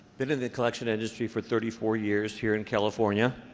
been in the collection industry for thirty four years here in california.